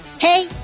Hey